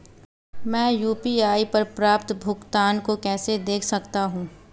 मैं यू.पी.आई पर प्राप्त भुगतान को कैसे देख सकता हूं?